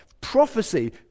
Prophecy